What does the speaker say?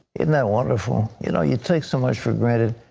isn't that wonderful? you know you take so much for granted.